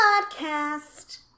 podcast